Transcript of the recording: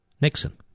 Nixon